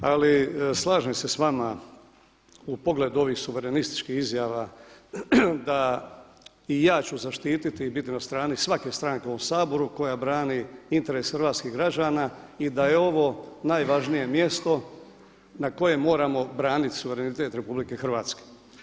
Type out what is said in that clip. Ali slažem se s vama u pogledu ovih suverenističkih izjava da i ja ću zaštiti i biti na strani svake stranke u ovom Saboru koja brani interes hrvatskih građana i da je ovo najvažnije mjesto na kojem moramo braniti suverenitet RH.